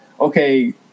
okay